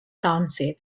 township